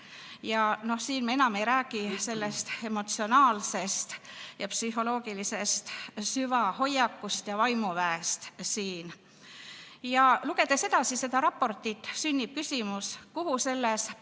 siin me enam ei räägi sellest emotsionaalsest ja psühholoogilisest süvahoiakust ja vaimuväest. Lugedes edasi seda raportit, sünnib küsimus, kuhu selles